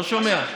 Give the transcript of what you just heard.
נו, יאללה.